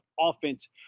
offense